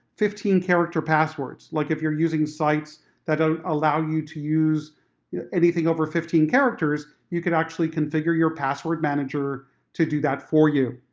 fifteen character passwords. like if you're using sites that ah allow you to use yeah anything over fifteen characters, you could actually configure your password manager to do that for you.